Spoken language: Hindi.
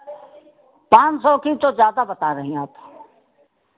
पाँच सौ की तो ज़्यादा बता रहीं आप